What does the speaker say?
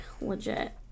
legit